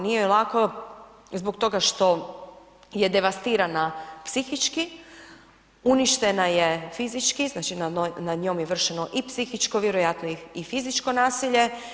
Nije joj lako zbog toga što je devastirana psihički, uništena je fizički, znači nad njom je vršeno i psihičko, vjerojatno i fizičko nasilje.